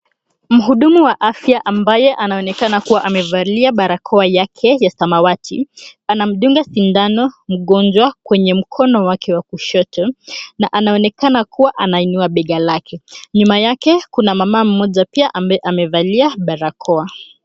Mhudumu wa afya ambaye anaonekana kuwa amevalia barakoa yake ya samawati anamdunga mgonjwa sindano kwenye mkono wake wa kushoto na anaonekana kuwa anainua bega lake. Nyuma yake kuna mama mmoja pia ambaye pia amevalia barakoa.